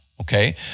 Okay